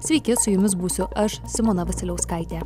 sveiki su jumis būsiu aš simona vasiliauskaitė